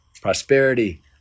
prosperity